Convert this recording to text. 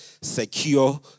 secure